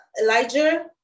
Elijah